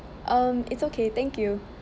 um it's okay thank you